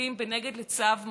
עובדים נגד צו מצפונכם.